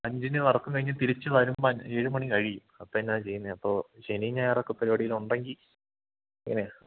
അഞ്ചിന് വർക്കും കഴിഞ്ഞു തിരിച്ചു വരുമ്പം ഏഴ് മണി കഴിയും അപ്പം എന്നാ ചെയ്യുന്നത് അപ്പോൾ ശനിയും ഞായറൊക്കെ പരിപാടികൾ ഉണ്ടെങ്കിൽ എങ്ങനെയാണ്